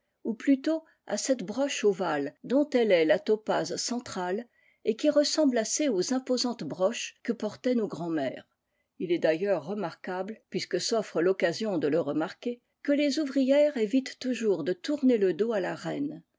ou plutôt à cette broche ovale dont elle est la topaze centrale et qui ressemble assez aux imposantes broches que portaient nos grand'mères il est d'ailleurs remarquable puisque s'offre l'occasion de le remarquer que les ouvrières évitent toujours de tourner le dos à la reine